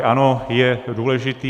Ano, je důležitý.